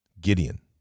Gideon